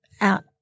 out